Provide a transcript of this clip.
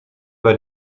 bei